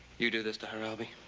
you do this to her, albie?